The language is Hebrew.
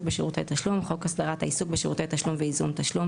בשירותי תשלום" - חוק הסדרת העיסוק בשירותי תשלום וייזום תשלום,